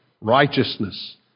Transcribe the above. Righteousness